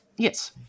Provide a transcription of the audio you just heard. Yes